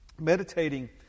Meditating